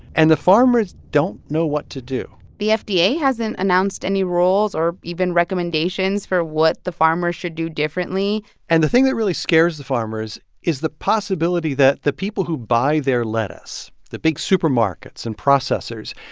and the farmers don't know what to do the fda yeah hasn't announced any rules or even recommendations for what the farmers should do differently and the thing that really scares the farmers is the possibility that the people who buy their lettuce, the big supermarkets and processors,